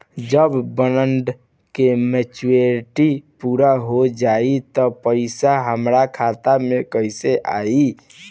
जब बॉन्ड के मेचूरिटि पूरा हो जायी त पईसा हमरा खाता मे कैसे आई?